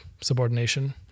subordination